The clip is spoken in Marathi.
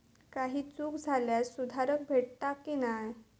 काही चूक झाल्यास सुधारक भेटता की नाय?